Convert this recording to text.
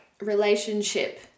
relationship